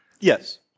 Yes